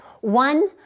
One